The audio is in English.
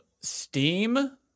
Steam